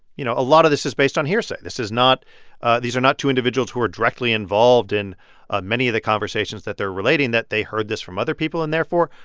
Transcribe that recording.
you know, a lot of this is based on hearsay. this is not these are not two individuals who are directly involved in ah many of the conversations that they're relating, that they heard this from other people and, therefore,